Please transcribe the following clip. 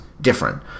different